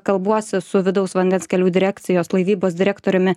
kalbuosi su vidaus vandens kelių direkcijos laivybos direktoriumi